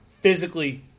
physically